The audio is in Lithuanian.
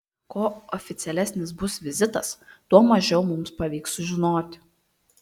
kuo oficialesnis bus vizitas tuo mažiau mums pavyks sužinoti